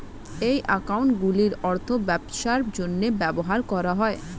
এই অ্যাকাউন্টগুলির অর্থ ব্যবসার জন্য ব্যবহার করা হয়